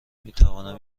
میتوانم